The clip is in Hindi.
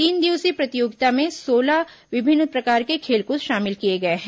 तीन दिवसीय प्रतियोगिता में सोलह विभिन्न प्रकार के खेलकूद शामिल किए गए हैं